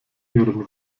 ihren